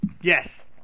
yes